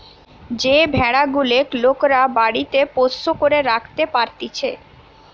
যে ভেড়া গুলেক লোকরা বাড়িতে পোষ্য করে রাখতে পারতিছে